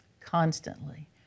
Constantly